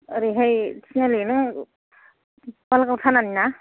ओरैहाय थिनालि नों बालागाव थानानि ना